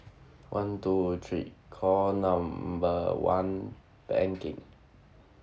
one two three call number one banking